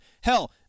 Hell